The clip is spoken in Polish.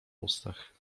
ustach